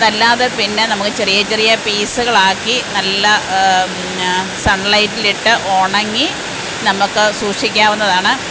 അതല്ലാതെ പിന്നെ നമുക്ക് ചെറിയ ചെറിയ പീസുകളാക്കി നല്ല പിന്നെ സൺ ലൈട്ടിലിട്ട് ഉണങ്ങി നമുക്ക് സൂക്ഷിക്കാവുന്നതാണ്